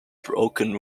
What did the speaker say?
broken